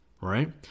right